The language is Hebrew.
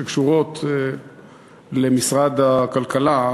שקשורות למשרד הכלכלה,